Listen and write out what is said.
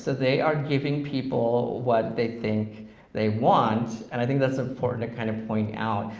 so they are giving people what they think they want, and i think that's important to kind of point out,